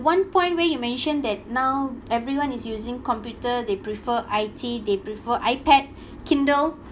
one point where you mentioned that now everyone is using computer they prefer I_T they prefer ipad kindle